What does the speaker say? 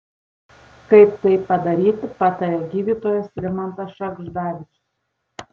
kaip tai padaryti pataria gydytojas rimantas šagždavičius